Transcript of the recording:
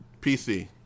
PC